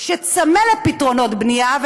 שצמא לפתרונות בנייה,